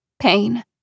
Pain